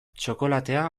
txokolatea